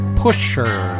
pusher